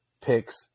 picks